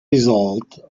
result